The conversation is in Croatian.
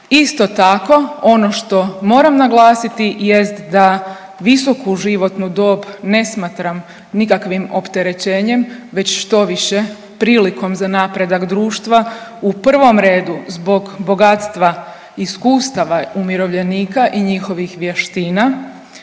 Isto tako, ono što moram naglasiti jest da visoku životnu dob ne smatram nikakvim opterećenjem već štoviše prilikom za napredak društva, u prvom redu zbog bogatstva iskustava umirovljenika i njihovih vještina